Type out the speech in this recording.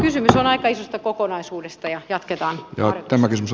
kysymys on aika isosta kokonaisuudesta ja jatketaan harjoituksia